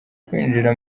kwinjira